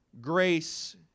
grace